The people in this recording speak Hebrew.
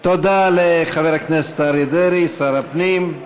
תודה לחבר הכנסת אריה דרעי, שר הפנים.